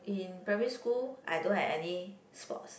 in primary school I don't have any sports